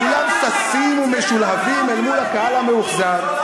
כולם ששים ומשולהבים אל מול הקהל המאוכזב.